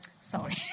sorry